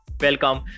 welcome